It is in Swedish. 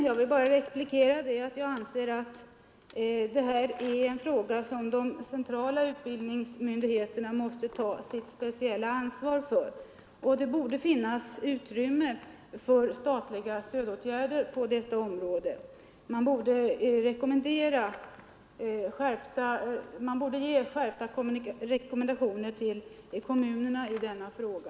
Herr talman! Jag anser att det här är en fråga som de centrala utbildningsmyndigheterna måste ta sitt speciella ansvar för. Det borde finnas utrymme för statliga stödåtgärder på detta område. Man borde t.ex. skärpa rekommendationerna till kommunerna i denna fråga.